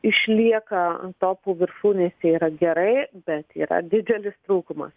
išlieka topų viršūnėse yra gerai bet yra didelis trūkumas